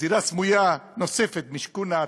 גזירה סמויה נוספת, משכון העתיד.